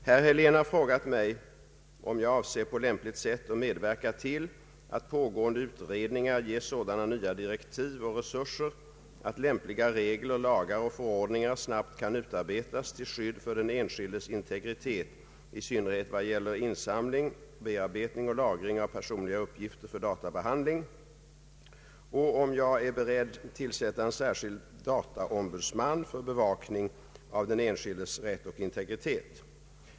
Herr Helén har frågat mig om jag avser på lämpligt sätt medverka till att pågående utredningar ges sådana nya direktiv och resurser att lämpliga regler, lagar och förordningar snabbt kan utarbetas till skydd för den enskildes integritet i synnerhet vad gäller insamling, bearbetning och lagring av personliga uppgifter för databehandling och om jag är beredd tillsätta en särskild dataombudsman för bevakning av den enskildes rätt och integritet.